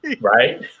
Right